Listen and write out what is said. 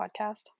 podcast